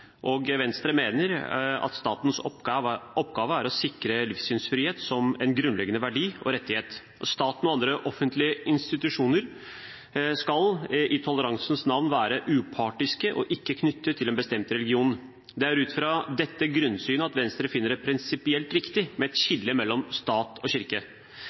og Venstre mener at statens oppgave er å sikre livssynsfrihet som en grunnleggende verdi og rettighet. Staten og andre offentlige institusjoner skal, i toleransens navn, være upartiske og ikke knyttet til en bestemt religion. Det er ut fra dette grunnsynet at Venstre finner det prinsipielt viktig med et skille mellom stat og kirke.